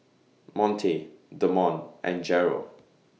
Monte Demond and Jeryl